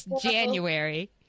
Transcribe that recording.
January